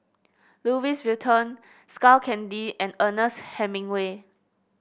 Louis Vuitton Skull Candy and Ernest Hemingway